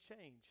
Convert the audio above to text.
change